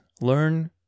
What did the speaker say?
Learn